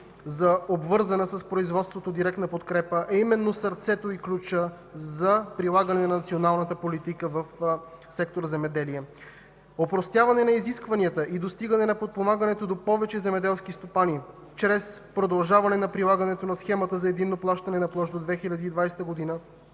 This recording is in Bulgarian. за обвързана с производството директна подкрепа е именно сърцето, ключът за прилагане на националната политика в сектор „Земеделие”. Опростяване на изискванията и достигане на подпомагането до повече земеделски стопани чрез продължаване на прилагането на Схемата за единно плащане на площ до 2020 г.,